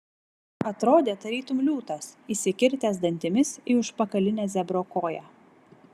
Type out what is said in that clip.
atrodė tarytum liūtas įsikirtęs dantimis į užpakalinę zebro koją